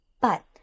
But